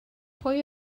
pwy